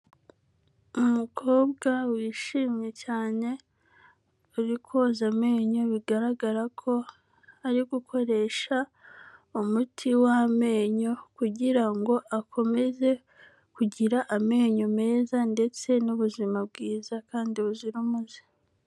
Umukobwa wishimye cyane, uri koza amenyo bigaragara ko ari gukoresha umuti wamenyo kugira ngo akomeze kugira amenyo meza ndetse n'ubuzima bwiza kandi buzira umuze.